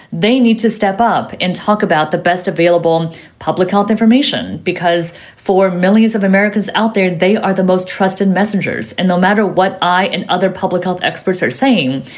they need to step up and talk about the best available public health information, because for millions of americans out there, they are the most trusted messengers. and no matter what i and other public health experts are saying,